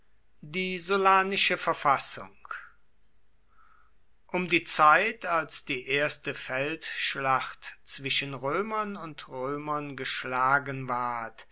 die sullanische verfassung um die zeit als die erste feldschlacht zwischen römern und römern geschlagen ward